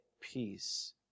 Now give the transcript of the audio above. peace